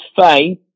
faith